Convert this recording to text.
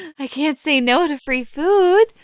i can't say no to free food,